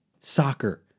Soccer